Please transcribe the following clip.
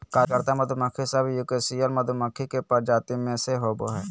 कार्यकर्ता मधुमक्खी सब यूकोसियल मधुमक्खी के प्रजाति में से होबा हइ